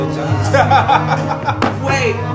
Wait